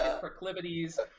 Proclivities